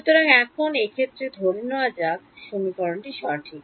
সুতরাং এখন এক্ষেত্রে ধরে নেওয়া যাক যে সমীকরণটি সঠিক